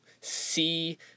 see